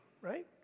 right